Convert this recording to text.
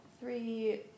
Three